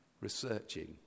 researching